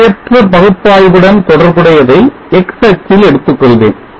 நிலையற்ற பகுப்பாய்வுடன் தொடர்புடையதை x அச்சில் எடுத்துக்கொள்வேன்